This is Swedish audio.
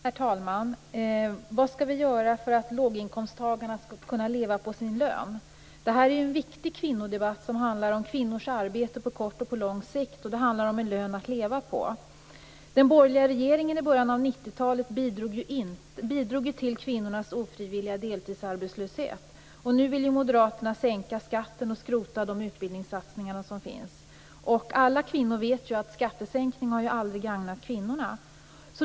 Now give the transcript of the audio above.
Herr talman! Vad skall vi göra för att låginkomsttagarna skall kunna leva på sin lön? Detta är ju en viktig kvinnodebatt som handlar om kvinnors arbete på kort och på lång sikt. Det handlar om en lön att leva på. I början av 90-talet bidrog den borgerliga regeringen till kvinnornas ofrivilliga deltidsarbetslöshet. Nu vill Moderaterna sänka skatten och skrota de utbildningssatsningar som finns. Alla kvinnor vet ju att skattesänkningar aldrig har gagnat kvinnorna.